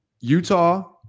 Utah